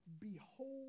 behold